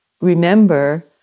remember